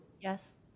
yes